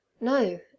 no